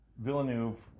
villeneuve